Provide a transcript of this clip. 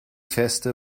feste